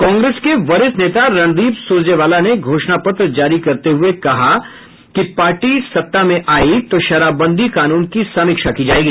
कांग्रेस के वरिष्ठ नेता रणदीप सूरजेवाला ने घोषणा पत्र जारी करते हुए कहा कि पार्टी सत्ता में आयी तो शराबबंदी कानून की समीक्षा की जायेगी